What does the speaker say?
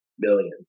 billion